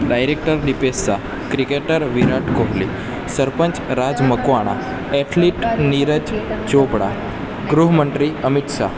director Dipesh Shah cricketer Virat Kohli sarpanch Raj Makwana athlete Neeraj Chopra ગૃહમંત્રી અમિત શાહ